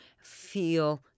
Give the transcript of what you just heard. feel